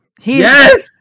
Yes